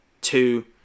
two